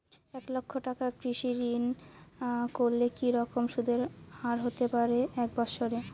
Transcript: এক লক্ষ টাকার কৃষি ঋণ করলে কি রকম সুদের হারহতে পারে এক বৎসরে?